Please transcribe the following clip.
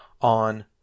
on